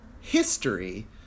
history